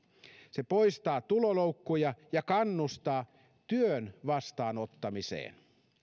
se poistaa tuloloukkuja ja kannustaa työn vastaanottamiseen